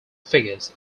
figures